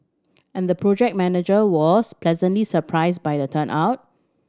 and the project manager was pleasantly surprised by the turnout